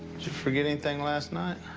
forget anything last night?